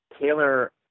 Taylor